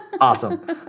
Awesome